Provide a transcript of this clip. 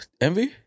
Envy